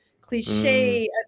cliche